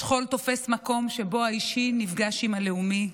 השכול תופס מקום שבו האישי נפגש עם הלאומי,